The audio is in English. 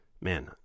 man